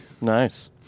Nice